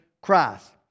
Christ